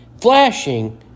flashing